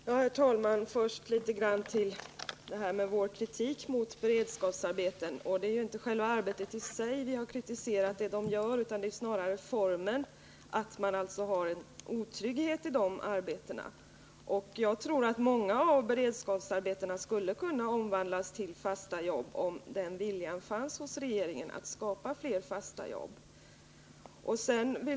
Herr talman! Först vill jag återkomma litet grand till vår kritik mot beredskapsarbeten. Det är ju inte själva arbetet i sig vi har kritiserat utan snarare formen, alltså inte vad man gör utan att man har en otrygghet i sådant arbete. Jag tror att många av beredskapsarbetena skulle kunna omvandlas till fasta jobb, om viljan fanns hos regeringen att skapa fler fasta jobb.